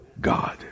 God